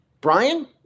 Brian